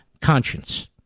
conscience